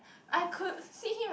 I could see him like